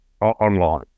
online